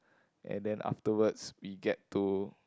and then afterwards we get to